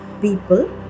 People